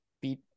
Beat